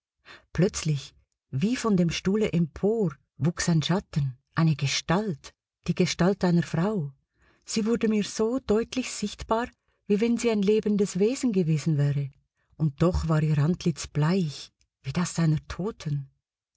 plötzlich wie von dem stuhle empor wuchs ein schatten eine gestalt die gestalt einer frau sie wurde mir so deutlich sichtbar wie wenn sie ein lebendes wesen gewesen wäre und doch war ihr antlitz bleich wie das einer toten